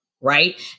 right